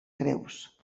creus